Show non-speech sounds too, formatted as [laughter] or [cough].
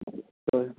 [unintelligible]